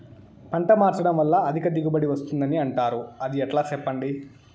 పంట మార్చడం వల్ల అధిక దిగుబడి వస్తుందని అంటారు అది ఎట్లా సెప్పండి